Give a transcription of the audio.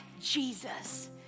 Jesus